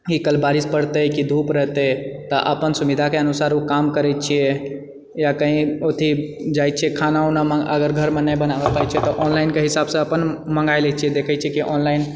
कि कल बारिश पड़तै कि धूप रहतै तऽ अपन सुविधाके अनुसार ओ काम करैत छिऐ या कही अथी जाइ छिऐ खाना उना अगर घरमे नहि बनाबए पाड़ै छिऐ तऽ ऑनलाइनके हिसाबसँ अपन मङ्गाए लए छिऐ देखैत छिऐ कि ऑनलाइन